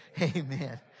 amen